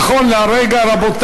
נכון לרגע זה,